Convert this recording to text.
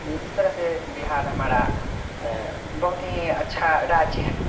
इस तरह से बिहार हमारा बहुत ही अच्छा राज्य है